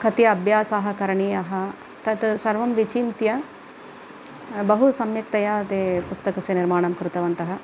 कति अभ्यासाः करणीयाः तत् सर्वं विचिन्त्य बहु सम्यक्तया ते पुस्तकस्य निर्माणं कृतवन्तः